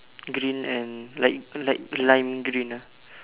green and like like lime green ah